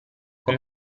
con